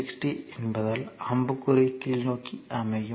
16 என்பதால் அம்புக்குறி கீழ்நோக்கி அமையும்